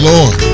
Lord